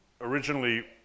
originally